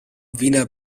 wiener